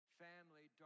family